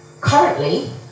currently